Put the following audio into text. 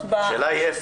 השאלה היא איפה.